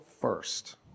first